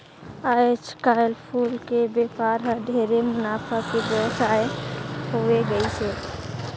आयज कायल फूल के बेपार हर ढेरे मुनाफा के बेवसाय होवे गईस हे